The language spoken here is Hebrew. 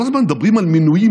כל הזמן מדברים על מינויים,